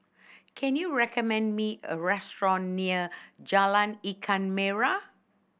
can you recommend me a restaurant near Jalan Ikan Merah